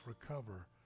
recover